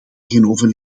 tegenover